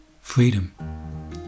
freedom